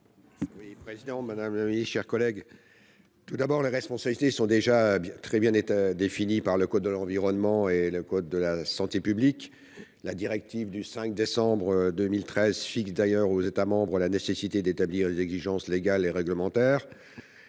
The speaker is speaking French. Quel est l'avis de la commission ? Tout d'abord, les responsabilités sont déjà très bien définies par le code de l'environnement et le code de la santé publique. Une directive du 5 décembre 2013 fixe d'ailleurs aux États membres la nécessité d'établir les exigences légales et réglementaires.